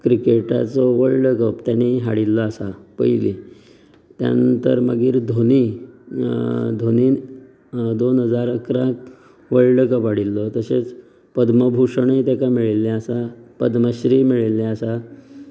क्रिकेटाचो world cup तेंणी हाडिल्लो आसा पयलीं त्या नंतर मागीर धोनी धोनीन दोन हजार अकरांत वर्ल्ड कप हाडिल्लो तशेंच पद्मभुशणूय तेका मेळिल्ले आसा पद्मश्री मेळिल्ले आसा